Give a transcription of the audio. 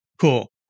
Cool